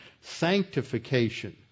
sanctification